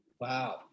Wow